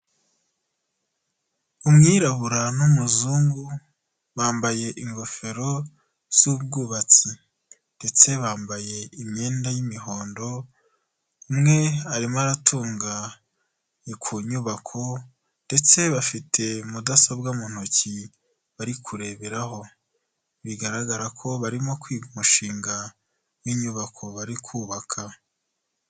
Umwirabura n'umuzungu bambaye ingofero z'ubwubatsi ndetse bambaye imyenda y'imihondo, umwe arimo aratunga ku nyubako ndetse bafite mudasobwa mu ntoki bari kureberaho, bigaragara ko barimo kwiga umushinga w'inyubako bari kubaka.